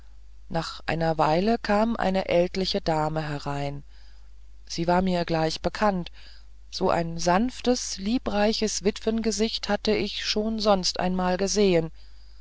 nach einer weile kam eine ältliche dame herein sie war mir gleich bekannt so ein sanftes und liebreiches witwengesicht hatt ich schon sonst einmal gesehen